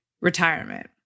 retirement